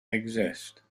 exist